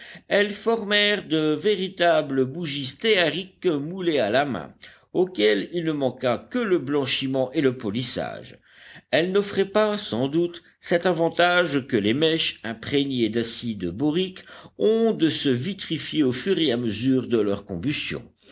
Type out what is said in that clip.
elles formèrent de véritables bougies stéariques moulées à la main auxquelles il ne manqua que le blanchiment et le polissage elles n'offraient pas sans doute cet avantage que les mèches imprégnées d'acide borique ont de se vitrifier au fur et à mesure de leur combustion